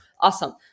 awesome